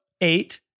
eight